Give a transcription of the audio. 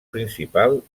principal